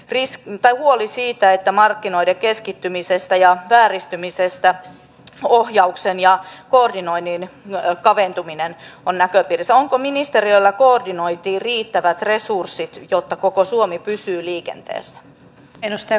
riisi tai huoli siitä että markkinoiden keskittymisestä maamme puolustamisen mahdollistavat yleinen asevelvollisuus ja koordinoinnin kaventuminen on näköpiirissä onko ministeriöllä koordinointiin riittävät resurssit jotta koko suomi hyvin koulutettu reservi